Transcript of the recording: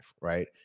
right